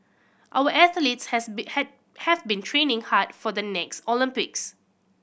our athletes has been have been training hard for the next Olympics